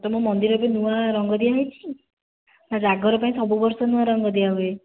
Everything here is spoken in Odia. ତୁମ ମନ୍ଦିର ଏବେ ନୂଆ ରଙ୍ଗ ଦିଆହୋଇଛି ନା ଜାଗର ପାଇଁ ସବୁବର୍ଷ ନୂଆ ରଙ୍ଗ ଦିଆହୁଏ